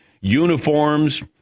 uniforms